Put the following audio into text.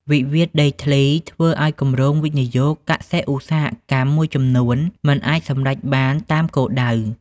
វិវាទដីធ្លីធ្វើឱ្យគម្រោងវិនិយោគកសិ-ឧស្សាហកម្មមួយចំនួន មិនអាចសម្រេចបានតាមគោលដៅ។